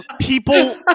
People